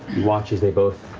watch as they both